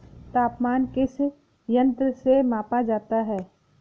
तापमान किस यंत्र से मापा जाता है?